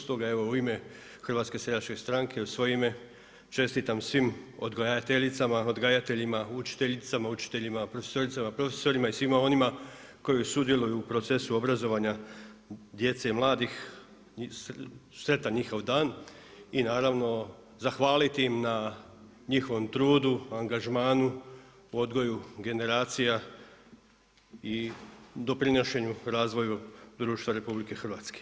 Stoga evo u ime HSS i u svoje ime čestitam svim odgajateljicama, odgajateljima, učiteljicama, učiteljima, profesoricama, profesorima i svima onima koji sudjeluju u procesu obrazovanja djece i mladih sretan njihov dan i naravno zahvaliti im na njihovom trudu, angažmanu, odgoju generacija i doprinošenju razvoju društva RH.